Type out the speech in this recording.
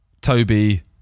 Toby